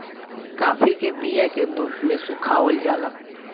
काफी के बिया के धूप में सुखावल जाला